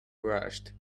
rushed